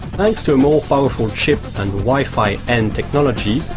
thanks to a more powerful chip and wi-fi n technology,